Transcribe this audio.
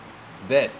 that